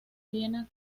viena